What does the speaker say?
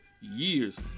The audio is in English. years